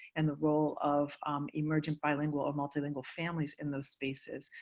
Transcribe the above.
and the role of emergent bilingual or multilingual families in those spaces.